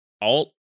alt